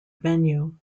venue